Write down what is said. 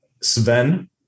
Sven